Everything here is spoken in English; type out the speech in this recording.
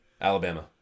Alabama